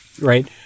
right